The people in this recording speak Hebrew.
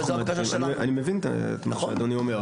אני מבין את מה שאדוני אומר,